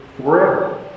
forever